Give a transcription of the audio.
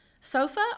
sofa